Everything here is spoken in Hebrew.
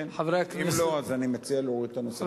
אם לא, אני מציע להוריד את הנושא מסדר-היום.